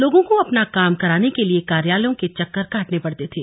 लोगों को अपना काम कराने के लिए कार्यालयों के चक्कर काटने पड़ते थे